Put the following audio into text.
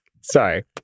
Sorry